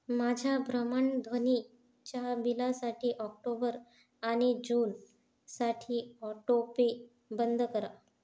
माझ्या भ्रमणध्वनीच्या बिलासाठी ऑक्टोबर आणि जूनसाठी ऑटोपे बंद करा